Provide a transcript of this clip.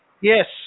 Yes